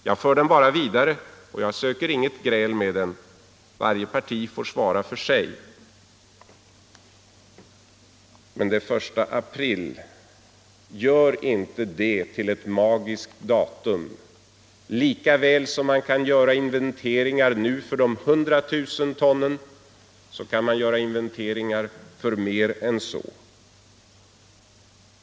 Jag för den bara vidare och kommer inte att söka något gräl. Varje parti får väl svara för sig. Men gör inte den 1 april till ett magiskt datum. Lika väl som man kan göra inventeringar nu för 100 000 ton, kan man göra inventeringar för mer än så.